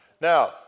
Now